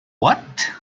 what